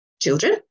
children